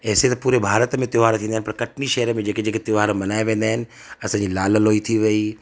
ऐसे त पूरे भारत में त्योहार थींदा आहिनि पर कटनी शहर में जेके जेके त्योहार मल्हाया वेंदा आहिनि असांजी लाल लोई थी वेई